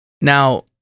Now